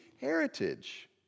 heritage